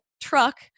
truck